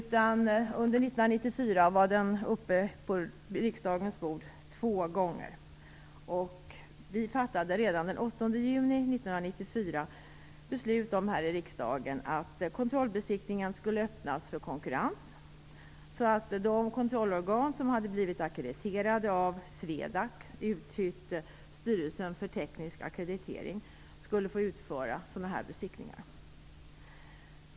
Under 1994 var den uppe på riksdagens bord två gånger. Vi fattade redan den 8 juni 1994 här i riksdagen beslut om att kontrollbesiktningen skulle öppnas för konkurrens, så att de kontrollorgan som hade blivit ackrediterade av SWEDAC, uttytt Styrelsen för teknisk ackreditering, skulle få utföra sådana besiktningar.